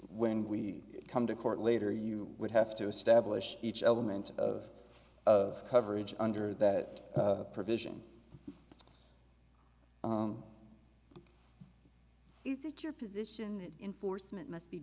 when we come to court later you would have to establish each element of of coverage under that provision is it your position enforcement must be